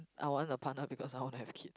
I want a partner because I want to have kid